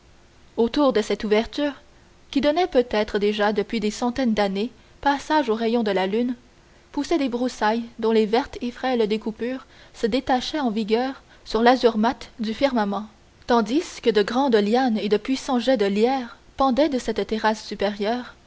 autour de cette ouverture qui donnait peut-être déjà depuis des centaines d'années passage aux rayons de la lune poussaient des broussailles dont les vertes et frêles découpures se détachaient en vigueur sur l'azur mat du firmament tandis que de grandes lianes et de puissants jets de lierre pendaient de cette terrasse supérieure